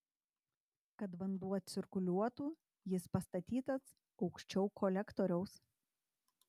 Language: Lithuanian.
kad vanduo cirkuliuotų jis pastatytas aukščiau kolektoriaus